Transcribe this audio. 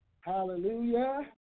Hallelujah